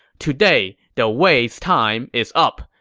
today, the wei's time is up,